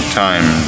time